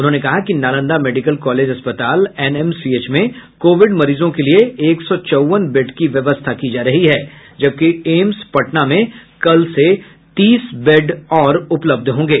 उन्होंने कहा कि नालंदा मेडिकल कॉलेज अस्पताल एनएमसीएच में कोविड मरीजों के लिए एक सौ चौवन वेड की व्यवस्था की जा रही है जबकि एम्स पटना में कल से तीस वेड और उपलब्ध होंगे